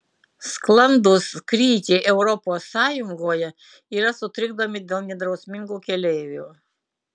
sklandūs skrydžiai europos sąjungoje yra sutrikdomi dėl nedrausmingų keleivių